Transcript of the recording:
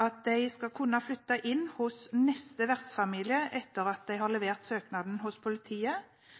at de skal kunne flytte inn hos neste vertsfamilie etter at de har levert søknaden hos politiet,